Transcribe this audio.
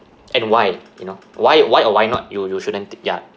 and why you know why why or why not you you shouldn't ta~ ya